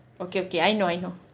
okay okay I know I know